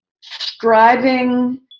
striving